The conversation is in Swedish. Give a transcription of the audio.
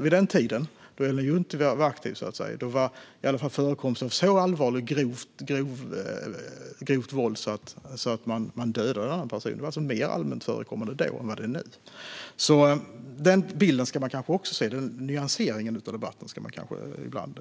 Vid den tid då Ellen Juntti var aktiv var i alla fall förekomsten av så allvarligt och grovt våld att man dödade en annan person mer förekommande än nu. Den bilden och den nyanseringen av debatten ska man kanske ha ibland.